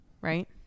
right